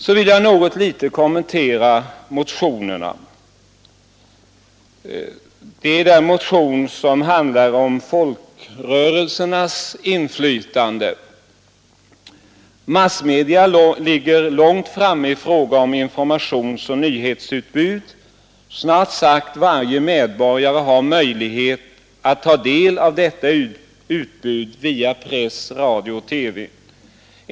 Sedan vill jag något litet kommentera motionerna, till att börja med den motion som handlar om folkrörelsernas inflytande. Massmedia ligger långt framme i fråga om informationsoch nyhetsutbud. Snart sagt varje medborgare har möjlighet att ta del av dessa utbud via press, radio och TV.